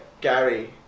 gary